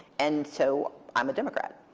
and so i'm a democrat.